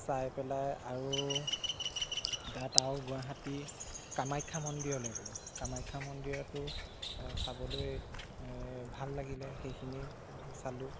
চাই পেলাই আৰু তাত আৰু গুৱাহাটী কামাখ্যা মন্দিৰলৈ গ'লোঁ কামাখ্যা মন্দিৰতো চাবলৈ ভাল লাগিলে সেইখিনি চালোঁ